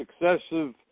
successive